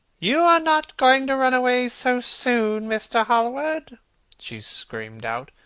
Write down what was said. you are not going to run away so soon, mr. hallward she screamed out.